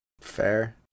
Fair